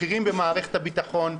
בכירים במערכת הביטחון,